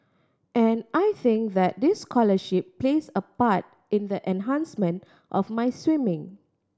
and I think that this scholarship plays a part in the enhancement of my swimming